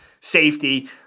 safety